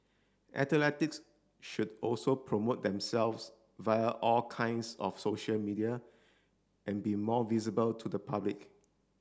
should also promote themselves via all kinds of social media and be more visible to the public